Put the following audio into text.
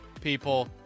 People